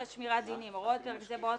שמירת דינים 25ח. הוראות פרק זה באות